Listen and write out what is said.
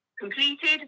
completed